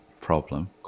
problem